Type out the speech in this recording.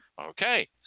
okay